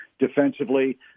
defensively